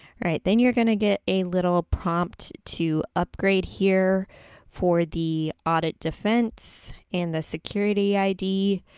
right, then you're gonna get a little prompt to upgrade here for the audit defense and the security id,